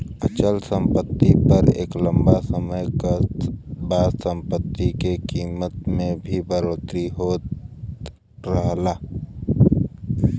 अचल सम्पति पर एक लम्बा समय क बाद सम्पति के कीमत में भी बढ़ोतरी होत रहला